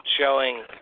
showing